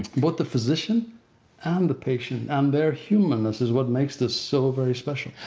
both the physician and the patient and their humanness is what makes this so very special.